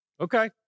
Okay